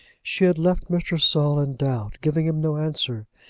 she had left mr. saul in doubt, giving him no answer,